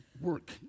work